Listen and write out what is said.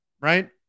Right